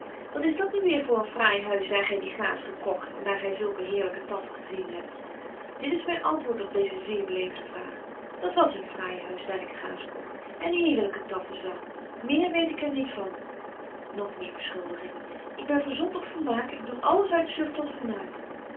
wat is dat nu weer voor een fraai huis daar gy die gaas gekogt en daar gy zulke heerlyke taffen gezien hebt dit is myn antwoord op deeze zeer beleefde vraag dat was een fraai huis daar ik gaas kogt en heerlyke taffen zag meer weet ik er niet van nog meer beschuldigingen ik ben verzot op vermaak ik doe alles uit zucht tot vermaak